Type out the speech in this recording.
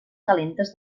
calentes